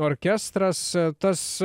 orkestras tas